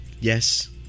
Yes